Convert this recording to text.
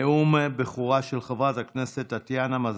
נאום בכורה של חברי הכנסת טטיאנה מזרסקי,